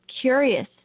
curious